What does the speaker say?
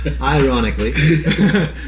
ironically